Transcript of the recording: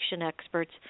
experts